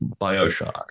Bioshock